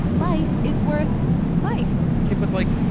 life is worth life kip was like,